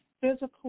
physical